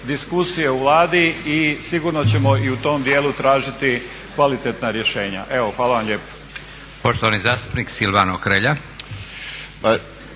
diskusije u Vladi i sigurno ćemo i u tom dijelu tražiti kvalitetna rješenja. Hvala vam lijepa.